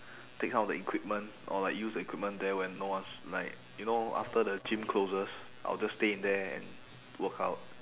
take out the equipment or like use the equipment there when no one's like you know after the gym closes I'll just stay in there and workout